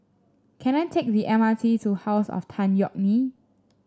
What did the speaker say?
can I take the M R T to House of Tan Yeok Nee